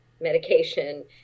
medication